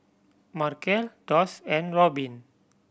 Markel Doss and Robbin